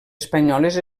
espanyoles